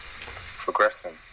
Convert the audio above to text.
progressing